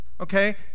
okay